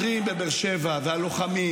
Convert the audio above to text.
-- אז השוטרים בבאר שבע והלוחמים,